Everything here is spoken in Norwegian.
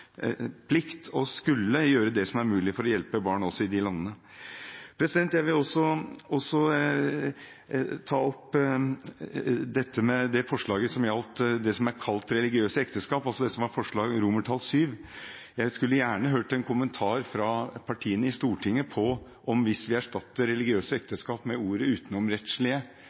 plikt og å skulle gjøre det som er mulig for å hjelpe barn også i de landene. Jeg vil også ta opp det forslaget som gjelder det som er kalt «religiøse ekteskap», altså det som er forslag til vedtak VII. Jeg skulle gjerne hørt en kommentar fra partiene i Stortinget hvis vi erstatter «religiøse ekteskap» med